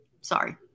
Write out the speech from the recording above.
sorry